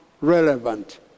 relevant